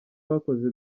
bakoze